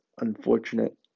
unfortunate